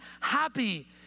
happy